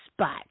spot